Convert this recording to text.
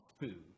food